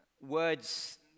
Words